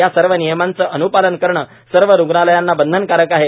या सर्व नियमांचे अन्पालन करणे सर्व रुग्णालयांना बंधनकारक आहे